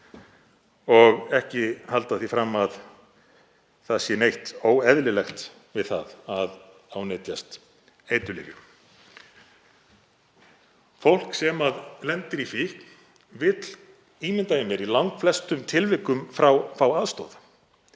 og ekki halda því fram að það sé neitt óeðlilegt við það að ánetjast eiturlyfjum. Fólk sem lendir í fíkn vill, ímynda ég mér, í langflestum tilvikum fá aðstoð.